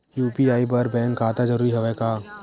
UPI बर bank खाता जरूरी हवय का?